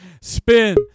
Spin